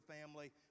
family